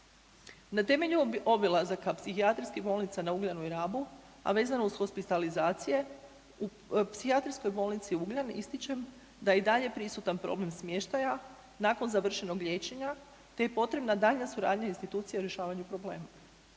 Na temelju obilazaka psihijatrijskih bolnica na Ugljanu i Rabu, a vezano uz hospitalizacije, u Psihijatrijskoj bolnici Ugljan ističem da je i dalje prisutan problem smještaja nakon završenog liječenja te je potrebna daljnja suradnja institucija u rješavanju problema.